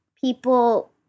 people